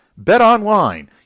BetOnline